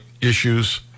issues